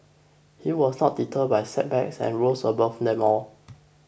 he was not deterred by setbacks and rose above them all